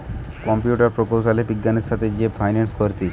computer প্রকৌশলী বিজ্ঞানের সাথে যে ফাইন্যান্স করতিছে